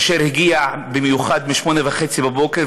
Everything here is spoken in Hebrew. אשר הגיע במיוחד ב-8:30 בבוקר,